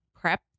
prep